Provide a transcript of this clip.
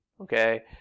okay